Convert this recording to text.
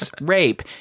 rape